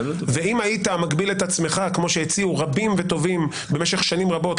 ואם היית מגביל את עצמך כמו שהציעו רבים וטובים במשך שנים רבות,